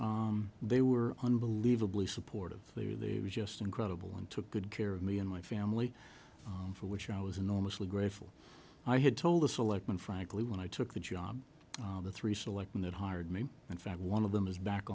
they were unbelievably supportive they were there was just incredible and took good care of me and my family for which i was enormously grateful i had told the selectmen frankly when i took the job the three selectmen that hired me in fact one of them is back